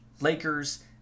Lakers